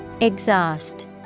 Exhaust